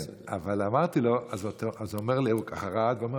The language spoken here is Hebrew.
אז הוא רעד ואמר,